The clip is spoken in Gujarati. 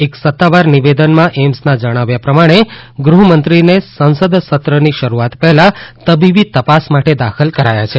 એક સત્તાવાર નિવેદનમાં એઇમ્સના જણાવ્યા પ્રમાણે ગૃહમંત્રીને સંસદ સત્રની શરૂઆત પહેલા તબીબી તપાસ માટે દાખલ કરાયા છે